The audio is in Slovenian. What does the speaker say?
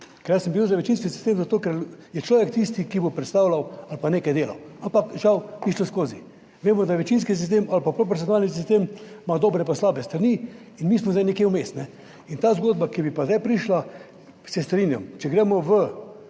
ker jaz sem bil za večinski sistem zato, ker je človek tisti, ki bo predstavljal ali pa nekaj delal, ampak žal ni šlo skozi. Vemo, da je večinski sistem ali pa proporcionalni sistem ima dobre slabe strani in mi smo zdaj nekje vmes. In ta zgodba, ki bi pa zdaj prišla, se strinjam, če gremo v